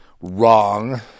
Wrong